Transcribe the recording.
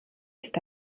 ist